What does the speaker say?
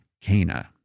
Cana